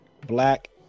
black